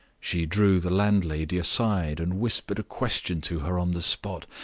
she drew the landlady aside, and whispered a question to her on the spot.